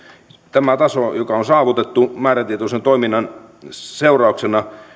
tämä taso joka on saavutettu määrätietoisen toiminnan seurauksena